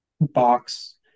box